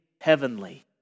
heavenly